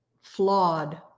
flawed